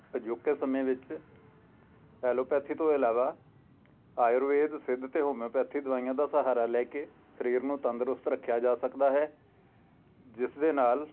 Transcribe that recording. ਅਜੋਕੇ ਸਮੇਂ ਵਿੱਚ ਐਲੋਪੈਥੀ ਤੋਂ ਇਲਾਵਾ ਆਯੁਰਵੇਦ ਸਿੱਧ ਅਤੇ ਹੋਮਿਓਪੈਥੀ ਦਵਾਈਆਂ ਦਾ ਸਹਾਰਾ ਲੈ ਕੇ ਸਰੀਰ ਨੂੰ ਤੰਦਰੁਸਤ ਰੱਖਿਆ ਜਾ ਸਕਦਾ ਹੈ ਜਿਸ ਦੇ ਨਾਲ